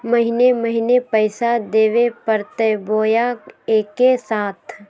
महीने महीने पैसा देवे परते बोया एके साथ?